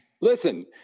listen